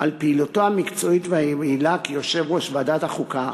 על פעילותו המקצועית והיעילה כיושב-ראש ועדת החוקה,